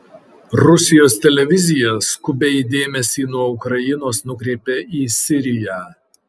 rusijos televizija skubiai dėmesį nuo ukrainos nukreipia į siriją